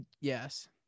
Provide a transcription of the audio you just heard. Yes